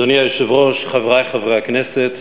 אדוני היושב-ראש, חברי חברי הכנסת,